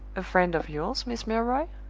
a friend of yours, miss milroy?